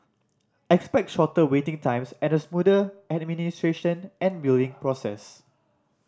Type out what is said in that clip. expect shorter waiting times and a smoother administration and billing process